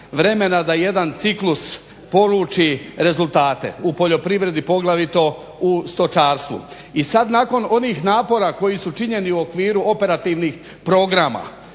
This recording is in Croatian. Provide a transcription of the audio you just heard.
vremena da jedan ciklus poluči rezultate u poljoprivredi poglavito u stočarstvu. I sad nakon onih napora koji su činjeni u okviru operativnih programa